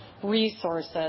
resources